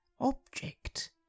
object